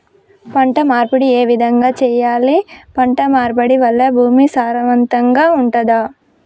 పంట మార్పిడి ఏ విధంగా చెయ్యాలి? పంట మార్పిడి వల్ల భూమి సారవంతంగా ఉంటదా?